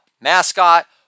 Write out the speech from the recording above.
mascot